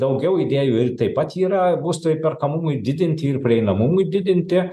daugiau idėjų taip pat yra būsto įperkamumui didinti ir prieinamumui didinti